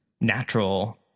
natural